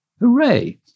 Hooray